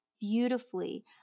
beautifully